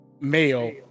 male